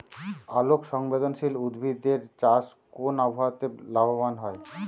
আলোক সংবেদশীল উদ্ভিদ এর চাষ কোন আবহাওয়াতে লাভবান হয়?